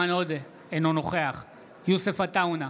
אינו נוכח יוסף עטאונה,